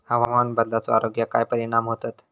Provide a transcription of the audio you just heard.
हवामान बदलाचो आरोग्याक काय परिणाम होतत?